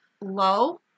low